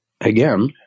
again